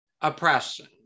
oppression